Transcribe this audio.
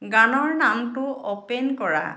গানৰ নামটো অ'পেন কৰা